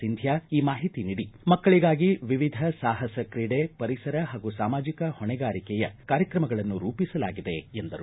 ಸಿಂಧ್ಯಾ ಈ ಮಾಹಿತಿ ನೀಡಿ ಮಕ್ಕಳಿಗಾಗಿ ವಿವಿಧ ಸಾಹಸ ಕ್ರೀಡೆ ಪರಿಸರ ಹಾಗೂ ಸಾಮಾಜಿಕ ಹೊಣೆಗಾರಿಕೆಯ ಕಾರ್ಯಕ್ರಮಗಳನ್ನು ರೂಪಿಸಲಾಗಿದೆ ಎಂದರು